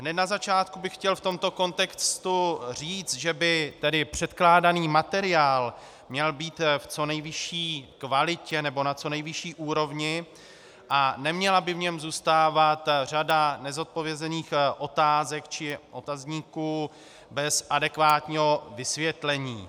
Hned na začátku bych chtěl v tomto kontextu říci, že by tedy předkládaný materiál měl být v co nejvyšší kvalitě nebo na co nejvyšší úrovni a neměla by v něm zůstávat řada nezodpovězených otázek či otazníků bez adekvátního vysvětlení.